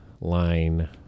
line